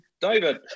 david